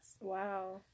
Wow